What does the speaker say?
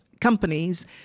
companies